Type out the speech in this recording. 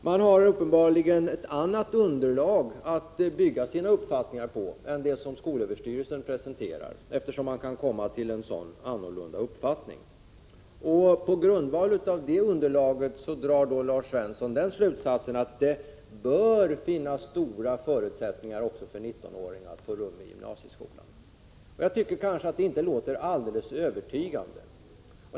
Man har uppenbarligen ett annat underlag för sina överväganden än det som skolöverstyrelsen presenterar, eftersom man har kommit fram till en annan uppfattning. Lars Svensson drar med det underlaget som grundval den slutsatsen att det bör finnas goda förutsättningar också för 19-åringar att få rum i gymnasieskolan. Det låter inte alldeles övertygande.